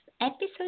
episode